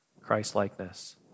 Christlikeness